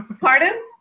Pardon